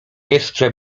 jeszcze